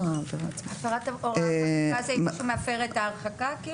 הפרת הוראה חקוקה זה אם מישהו מפר את ההרחקה?